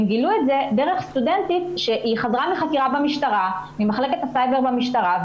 הן גילו את זה דרך סטודנטית שחזרה מחקירה במחלקת הסייבר במשטרה,